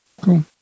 Cool